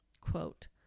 Quote